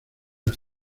las